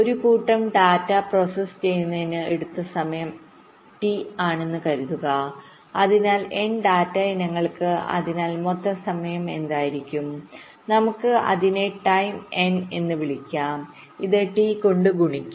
ഒരു കൂട്ടം ഡാറ്റപ്രോസസ്സ് ചെയ്യുന്നതിന് എടുത്ത സമയം T ആണെന്ന് കരുതുക അതിനാൽ n ഡാറ്റ ഇനങ്ങൾക്ക് അതിനാൽ മൊത്തം സമയം എന്തായിരിക്കും നമുക്ക് അതിനെ ടൈം എൻഎന്ന് വിളിക്കാം ഇത് T കൊണ്ട് n ഗുണിക്കും